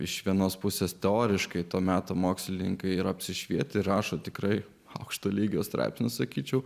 iš vienos pusės teoriškai to meto mokslininkai yra apsišvietę rašo tikrai aukšto lygio straipsnius sakyčiau